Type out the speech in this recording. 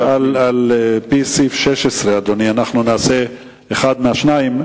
על-פי סעיף 16, אדוני, אנחנו נעשה אחד מהשניים: